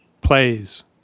plays